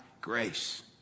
grace